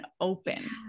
open